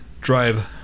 drive